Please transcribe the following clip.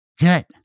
Good